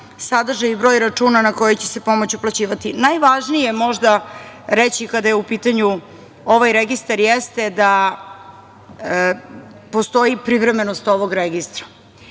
sadrže i broj računa na koji će se pomoć uplaćivati. Najvažnije možda reći kada je u pitanju ovaj registar jeste da postoji privremenost ovog registra.